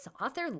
author